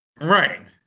Right